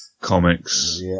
Comics